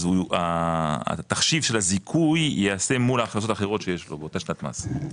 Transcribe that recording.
אז התחשיב של הזיכוי יעשה מול החלטות אחרות שיש לו באותה שנת מס.